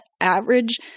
average